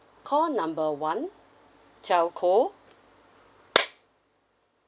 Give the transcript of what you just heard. call number one telco